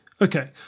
Okay